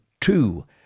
two